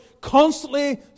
constantly